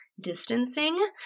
distancing